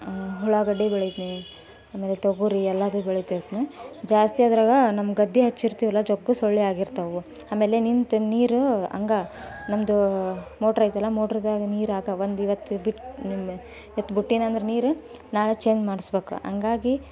ಉಳ್ಳಾಗಡ್ಡಿ ಬೆಳಿತೀನಿ ಆಮೇಲೆ ತೊಗರಿ ಎಲ್ಲದೂ ಬೆಳಿತಿರ್ತೀನಿ ಜಾಸ್ತಿ ಅದ್ರಾಗೆ ನಮ್ಮ ಗದ್ದೆ ಹಚ್ಚಿರ್ತೀವಲ್ಲ ಜೊಕ್ಕು ಸೊಳ್ಳೆ ಆಗಿರ್ತವೆ ಆಮೇಲೆ ನಿಂತ ನೀರು ಹಂಗೆ ನಮ್ಮದು ಮೋಟ್ರ್ ಐತಲ್ಲ ಮೋಟ್ರದಾಗೆ ನೀರು ಹಾಕ್ಕೊಂಬಂದು ಇವತ್ತು ಬಿಟ್ಟು ನಿನ್ನೆ ಇವತ್ತು ಬಿಟ್ಟೀನಂದ್ರೆ ನೀರು ನಾಳೆ ಚೇಂಜ್ ಮಾಡಿಸ್ಬೇಕು ಹಂಗಾಗಿ